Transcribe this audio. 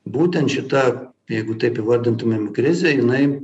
būtent šita jeigu taip įvardintumėm krize jinai